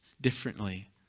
differently